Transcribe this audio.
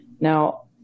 Now